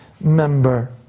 member